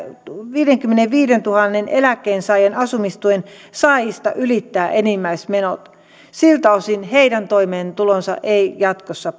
viidenkymmenenviidentuhannen eläkkeensaajan asumistuen saajaa ylittää enimmäismenot siltä osin heidän toimeentulonsa ei jatkossa